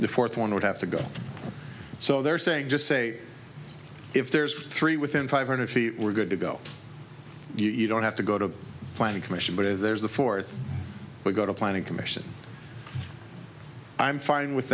the fourth one would have to go so they're saying just say if there's three within five hundred feet we're good to go you don't have to go to a planning commission but if there's a fourth we've got a planning commission i'm fine with